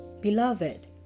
Beloved